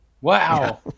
Wow